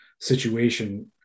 situation